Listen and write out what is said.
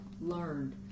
learned